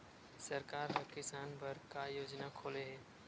सरकार ह किसान बर का योजना खोले हे?